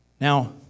Now